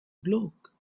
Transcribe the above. bloke